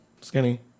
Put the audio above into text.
skinny